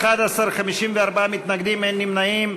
בעד, 11, 54 מתנגדים, אין נמנעים.